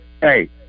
Hey